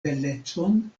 belecon